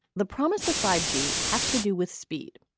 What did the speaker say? the promise of five g has to do with speed,